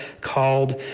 called